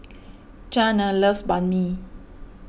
Zhane loves Banh Mi